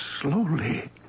slowly